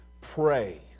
pray